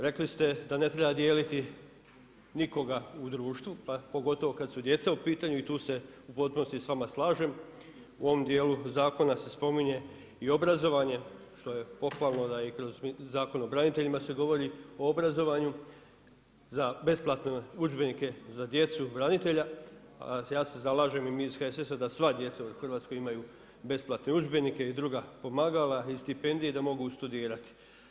Rekli ste da ne treba dijeliti nikoga u društvu, pa pogotovo kad su djeca u pitanju i tu se u potpunosti s vama slažem u ovom dijelu zakona se spominje i obrazovanje, što je pohvalno, da je i kroz Zakon o braniteljima se govori o obrazovanju, za besplatne udžbenike za djecu branitelja, a ja se zalažem i mi iz HSS-a da sva djeca u Hrvatskoj imaju besplatne udžbenike i druga pomagala i stipendije da mogu studirati.